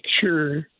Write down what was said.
sure